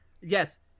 Yes